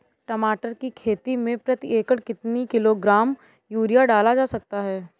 टमाटर की खेती में प्रति एकड़ कितनी किलो ग्राम यूरिया डाला जा सकता है?